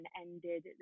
ended